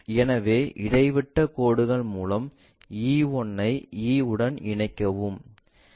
எனவே இடைவிட்டக் கோடுகள் மூலம் E 1 ஐ E உடன் இணைக்கவும்